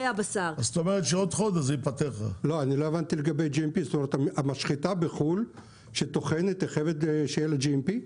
לא הבנתי לגבי GMP זה אומר שהמשחטה בחו"ל שטוחנת חייבת שיהיה לה GMP?